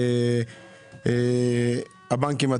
הבנקים,